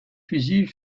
fusils